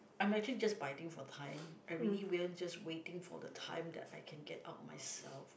I'm actually just biting for time I really will waiting for the time that I can get out of myself